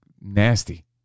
nasty